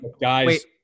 guys